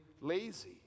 lazy